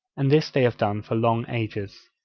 and this they have done for long ages.